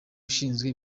ushinzwe